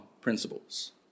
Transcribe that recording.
principles